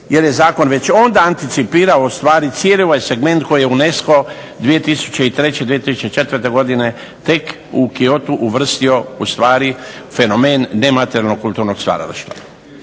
jer je zakon već onda anticipirao ustvari cijeli ovaj segment koji je UNESCO 2003., 2004.godine tek u Kyotu uvrstio ustvari fenomen nematerijalnog kulturnog stvaralaštva.